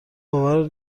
باور